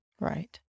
Right